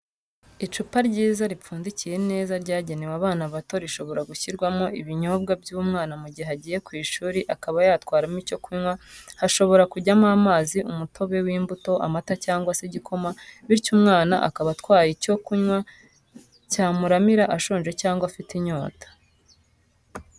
Icupa ryiza ripfundikiye neza ryagenewe abana bato rishobora gushyirwamo ibinyobwa by'umwana mu gihe agiye ku ishuri akaba yatwaramo icyo kunywa hashobora kujyamo amazi umutobe w'imbuto, amata cyangwa se igikoma bityo umwana akaba atwaye icyo kunywa cyamuramira ashonje cyangwa afite inyota